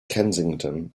kensington